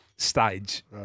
Stage